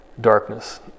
darkness